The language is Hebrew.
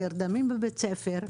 נרדמים בבית הספר,